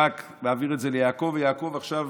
מעביר את זה ליעקב, ויעקב עכשיו